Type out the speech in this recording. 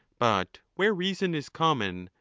but where reason is common,